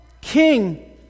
King